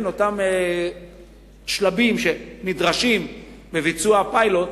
לכן אותם שלבים שנדרשים בביצוע הפיילוט